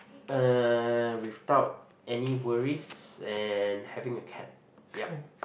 uh without any worries and having a cat yup